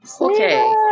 Okay